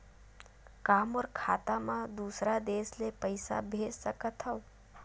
का मोर खाता म दूसरा देश ले पईसा भेज सकथव?